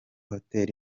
hotel